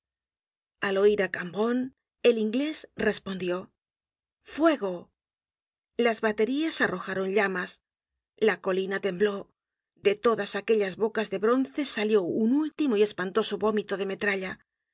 al oir á cambronne el inglés respondió fuego las baterías arrojaron llamas la colina tembló de todas aquellas bocas de bronce salió un último y espantoso vómito de metralla